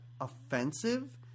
offensive